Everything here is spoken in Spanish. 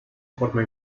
forma